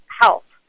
health